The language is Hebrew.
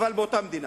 אבל באותה מדינה.